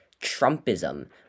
Trumpism